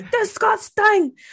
Disgusting